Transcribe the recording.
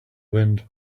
wind